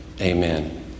amen